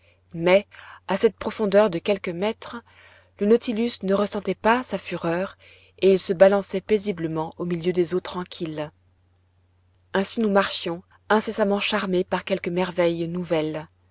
mais à cette profondeur de quelques mètres le nautilus ne ressentait pas sa fureur et il se balançait paisiblement au milieu des eaux tranquilles ainsi nous marchions incessamment charmés par quelque merveille nouvelle